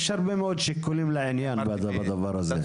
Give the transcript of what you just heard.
יש הרבה מאוד שיקולים לעניין בדבר הזה.